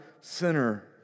sinner